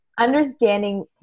understanding